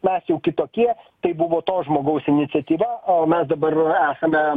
mes jau kitokie tai buvo to žmogaus iniciatyva o mes dabar esame